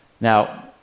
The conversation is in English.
Now